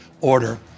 order